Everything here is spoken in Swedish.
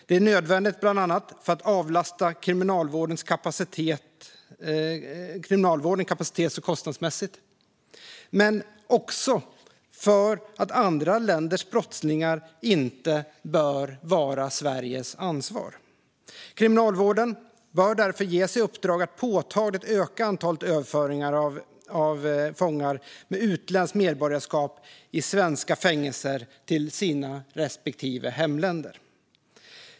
Det är nödvändigt bland annat för att avlasta kriminalvården kapacitets och kostnadsmässigt men också för att andra länders brottslingar inte bör vara Sveriges ansvar. Kriminalvården bör därför ges i uppdrag att påtagligt öka antalet överföringar av fångar med utländskt medborgarskap i svenska fängelser till deras respektive hemländer.